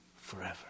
forever